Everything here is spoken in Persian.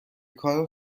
کار